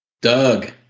Doug